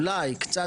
אולי,